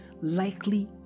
likely